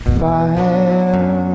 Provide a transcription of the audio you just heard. fire